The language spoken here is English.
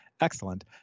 excellent